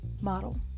model